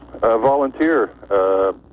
volunteer